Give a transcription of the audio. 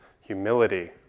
humility